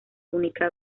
única